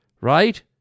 Right